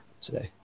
today